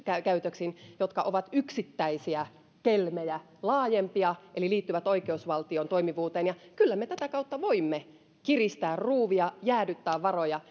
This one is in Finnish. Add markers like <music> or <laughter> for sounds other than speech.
jotka ovat yksittäisiä kelmejä laajempia eli liittyvät oikeusvaltion toimivuuteen ja kyllä me tätä kautta voimme kiristää ruuvia jäädyttää varoja <unintelligible>